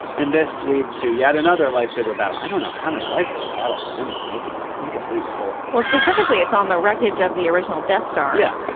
and this leads to yet another light saber battle. i don't how many light saber battles are in this movie, but i think at least for well, specifically, it's on the wreckage of the original death star. yeah,